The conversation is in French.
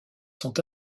sont